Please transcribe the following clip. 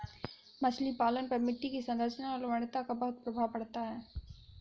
मछली पालन पर मिट्टी की संरचना और लवणता का बहुत प्रभाव पड़ता है